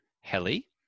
Heli